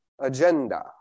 agenda